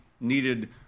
needed